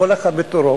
כל אחד בתורו,